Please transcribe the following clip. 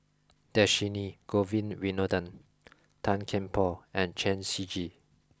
Dhershini Govin Winodan Tan Kian Por and Chen Shiji